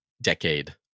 decade